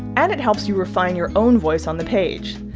and it helps you refine your own voice on the page.